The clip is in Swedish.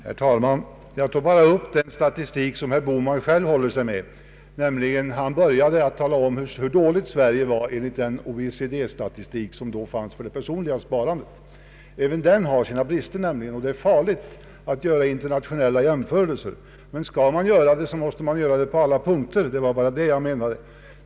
Herr talman! Jag tog bara upp den statistik som herr Bohman själv håller sig med. Han började nämligen med att tala om hur dåligt Sverige hade det ställt enligt den OECD-statistik som då fanns beträffande det personliga sparandet. Även denna statistik har sina brister, och det är farligt att göra internationella jämförelser. Men skall man göra sådana jämförelser, bör man göra det på alla punkter — det var bara detta jag menade.